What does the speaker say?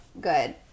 good